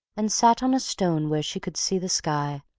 and sat on a stone where she could see the sky,